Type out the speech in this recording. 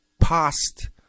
past